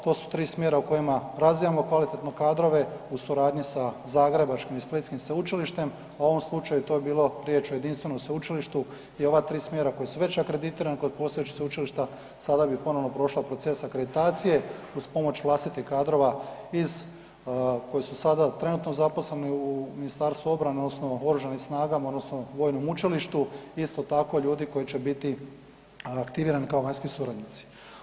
To su 3 smjera u kojima razvijamo kvalitetno kadrove u suradnji sa zagrebačkim i splitskim sveučilištem, a u ovom slučaju je to bilo riječ o jedinstvenom sveučilištu i ova 3 smjera koja su već akreditirana kod postojećih sveučilišta, sada bi ponovno prošla proces akreditacije uz pomoć vlastitih kadrova iz, koji su sada trenutno zaposleni u MORH-u odnosno OSRH odnosno Vojnom učilištu, isto tako, ljudi koji će biti aktivirani kao vanjski suradnici.